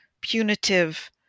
punitive